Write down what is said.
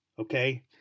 okay